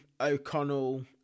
O'Connell